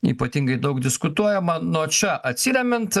ypatingai daug diskutuojama nuo čia atsiremiant